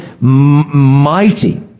mighty